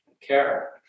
care